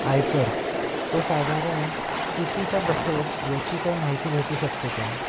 आयकर तो साधारण कितीचा बसेल याची काय माहिती भेटू शकते का